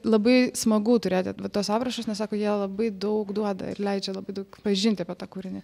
labai smagu turėti va tuos aprašus nes sako jie labai daug duoda ir leidžia labai daug pažinti apie tą kūrinį